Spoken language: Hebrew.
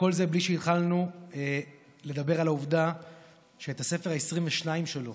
וכל זה בלי שהתחלנו לדבר על העובדה שאת הספר ה-22 שלו